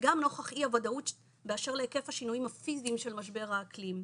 וגם נוכח אי הוודאות באשר להיקף השינויים הפיזיים של משבר האקלים,